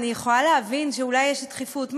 אני יכולה להבין שאולי יש דחיפות.